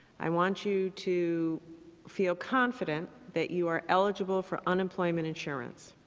i want you to feel confident that you are eligible for unemployment insurance.